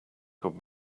could